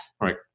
right